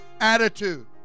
attitude